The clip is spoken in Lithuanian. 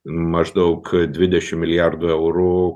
maždaug dvidešim milijardų eurų